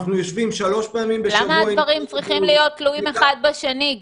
אנחנו יושבים --- למה הדברים צריכים להיות תלויים האחד בשני,